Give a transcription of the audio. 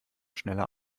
schneller